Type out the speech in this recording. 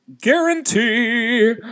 Guarantee